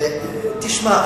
תשמע,